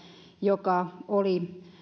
joka oli